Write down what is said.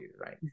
right